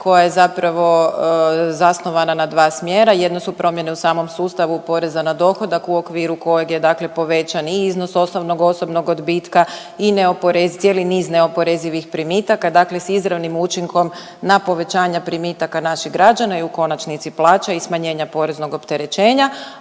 koja je zapravo zasnovana na dva smjera, jedno su promjene u samom sustavu poreza na dohodak u okviru kojeg je dakle povećan i iznos osnovnog osobnog odbitka i .../nerazumljivo/... cijeli niz neoporezivih primitaka, dakle s izravnim učinkom na povećanja primitaka naših građana i u konačnici plaća i smanjenja poreznog opterećenja,